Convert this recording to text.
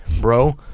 bro